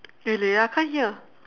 really I can't hear